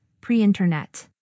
pre-internet